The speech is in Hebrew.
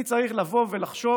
אלא אני צריך לבוא ולחשוב